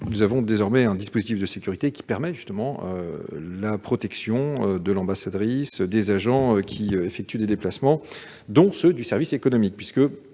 Nous disposons désormais d'un dispositif de sécurité permettant la protection de l'ambassadrice et des agents qui effectuent des déplacements, dont ceux du service économique. Vous